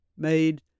made